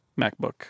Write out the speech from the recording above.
MacBook